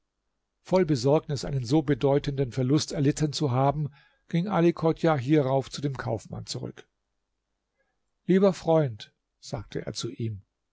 voll besorgnis einen so bedeutenden verlust erlitten zu haben ging ali chodjah hierauf zu dem kaufmann zurück lieber freund sagte er zu ihm